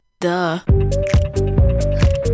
duh